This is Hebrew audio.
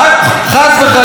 חס וחלילה,